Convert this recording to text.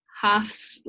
half